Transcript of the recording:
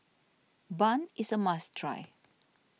Bun is a must try